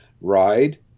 ride